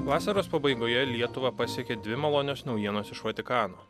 vasaros pabaigoje lietuvą pasiekė dvi malonios naujienos iš vatikano